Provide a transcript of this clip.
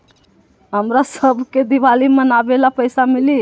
हमरा शव के दिवाली मनावेला पैसा मिली?